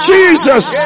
Jesus